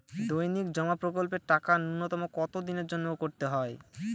দৈনিক জমা প্রকল্পের টাকা নূন্যতম কত দিনের জন্য করতে হয়?